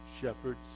shepherds